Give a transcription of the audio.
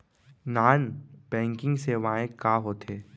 Non banking सेवाएं का होथे?